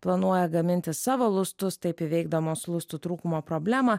planuoja gaminti savo lustus taip įveikdamos lustų trūkumo problemą